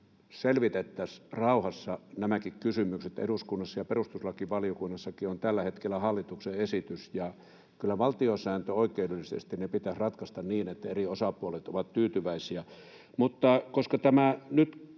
eduskunnassa rauhassa nämäkin kysymykset, ja perustuslakivaliokunnassakin on tällä hetkellä hallituksen esitys. Kyllä ne pitäisi ratkaista valtiosääntöoikeudellisesti niin, että eri osapuolet ovat tyytyväisiä.